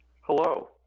Hello